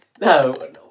No